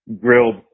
grilled